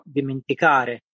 dimenticare